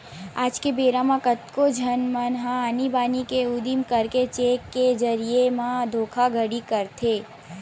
आज के बेरा म कतको झन मन ह आनी बानी के उदिम करके चेक के जरिए म धोखाघड़ी करथे